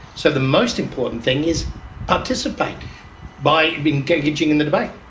so the most important thing is participate by engaging in the debate.